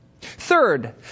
Third